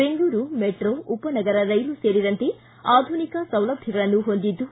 Bengaluru metro ಉಪನಗರ ರೈಲು ಸೇರಿದಂತೆ ಆಧುನಿಕ ಸೌಲಭ್ಯಗಳನ್ನು ಹೊಂದಿದ್ದು